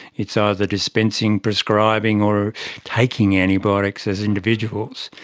it's either dispensing, prescribing or taking antibiotics as individuals.